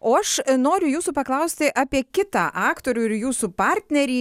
o aš noriu jūsų paklausti apie kitą aktorių ir jūsų partnerį